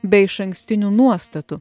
be išankstinių nuostatų